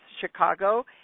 Chicago